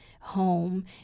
home